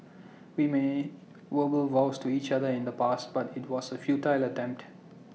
we made verbal vows to each other in the past but IT was A futile attempt